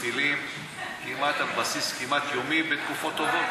טילים על בסיס כמעט יומי בתקופות טובות?